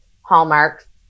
Hallmark